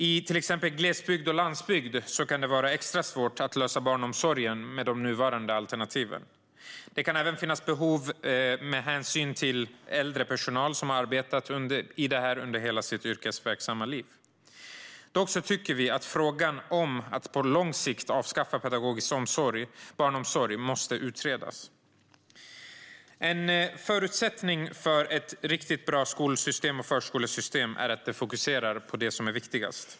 I till exempel glesbygd och landsbygd kan det vara extra svårt att lösa barnomsorgen med de nuvarande alternativen. Det kan även finnas behov av hänsyn till äldre personal som arbetat med detta hela sitt yrkesverksamma liv. Dock tycker vi att frågan om att på lång sikt avskaffa pedagogisk barnomsorg måste utredas. En förutsättning för ett riktigt bra skolsystem är att det fokuserar på det som är viktigast.